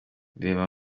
reba